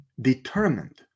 determined